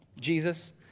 Jesus